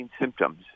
symptoms